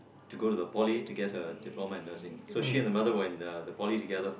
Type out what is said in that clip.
to go to the poly to get her diploma in nursing so she and her mother were in uh the poly together